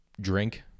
drink